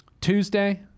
Tuesday